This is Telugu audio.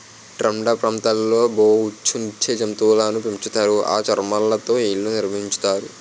టండ్రా ప్రాంతాల్లో బొఉచ్చు నిచ్చే జంతువులును పెంచుతారు ఆ చర్మాలతో ఇళ్లు నిర్మించుతారు